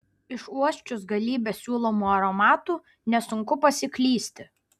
išuosčius galybę siūlomų aromatų nesunku pasiklysti